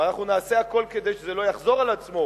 ואנחנו נעשה הכול כדי שזה לא יחזור על עצמו,